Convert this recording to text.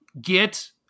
get